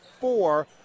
four